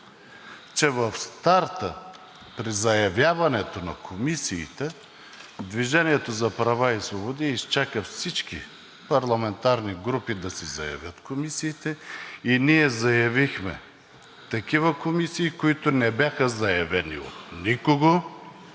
че в старта при заявяването на комисиите „Движение за права и свободи“ изчака всички парламентарни групи да си заявят комисиите и ние заявихме такива комисии, които не бяха заявени от никого,